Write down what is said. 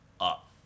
up